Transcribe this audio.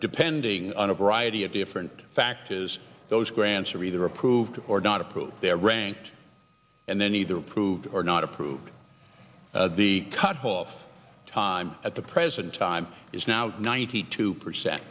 depending on a variety of different fact is those grants are either approved or not approved they're ranked and then either approved or not approved the cutoff time at the present time is now ninety two percent